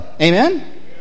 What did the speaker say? Amen